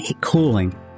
cooling